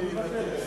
אני מוותר.